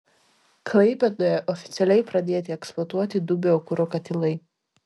klaipėdoje oficialiai pradėti eksploatuoti du biokuro katilai